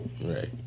Right